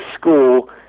school